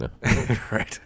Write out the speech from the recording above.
Right